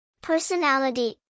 Personality